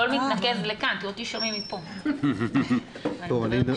זאת אומרת שזה משנה כמובן, אבל בתי החולים